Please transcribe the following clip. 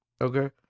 Okay